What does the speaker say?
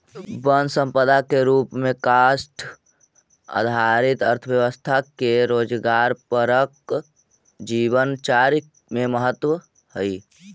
वन सम्पदा के रूप में काष्ठ आधारित अर्थव्यवस्था के रोजगारपरक जीवनचर्या में महत्त्व हइ